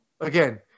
again